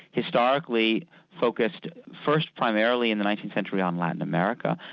historically focused first primarily in the nineteenth century on latin america,